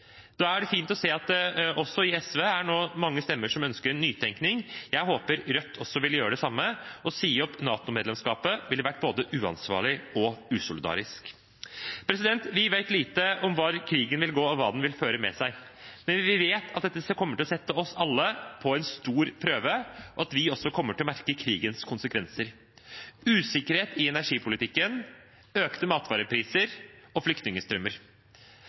Da er det fint å se at det også i SV er mange stemmer som ønsker en nytenkning; jeg håper at også Rødt vil gjøre det samme. Å si opp NATO-medlemskapet ville vært både uansvarlig og usolidarisk. Vi vet lite om hvor krigen vil gå, og hva den vil føre med seg. Men vi vet at dette kommer til å sette oss alle på en stor prøve, og at vi også kommer til å merke krigens konsekvenser. Usikkerhet i energipolitikken, økte matvarepriser og flyktningstrømmer.